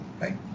right